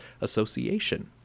Association